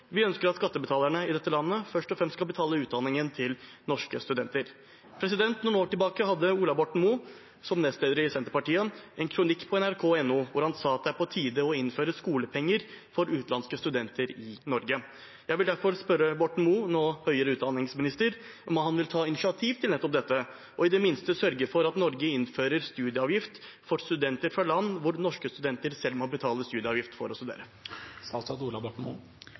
Vi ønsker at skattebetalerne i dette landet først og fremst skal betale utdanningen til norske studenter. For noen år tilbake hadde Ola Borten Moe, som nestleder i Senterpartiet, en kronikk på nrk.no hvor han sa at det er på tide å innføre skolepenger for utenlandske studenter i Norge. Jeg vil derfor spørre Borten Moe, nå høyere utdanningsminister, om han vil ta initiativ til nettopp dette, og i det minste sørge for at Norge innfører studieavgift for studenter fra land der norske studenter selv må betale studieavgift for å studere. La meg først gi heder og